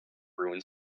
ruins